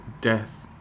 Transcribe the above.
death